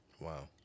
Wow